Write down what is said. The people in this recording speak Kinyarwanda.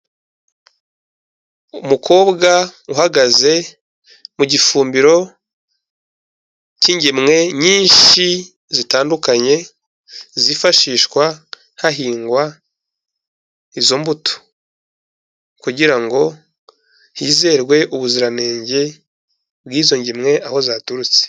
Umukobwa uhagaze mu gifumbiro cy'ingemwe nyinshi zitandukanye, zifashishwa hahingwa izo mbuto kugira ngo hizerwe ubuziranenge bw'izo ngemwe aho zaturutse.